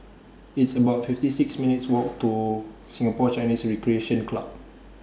It's about fifty six minutes' Walk to Singapore Chinese Recreation Club